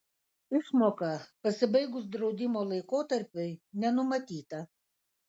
išmoka pasibaigus draudimo laikotarpiui nenumatyta